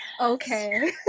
Okay